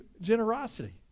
generosity